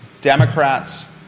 Democrats